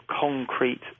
concrete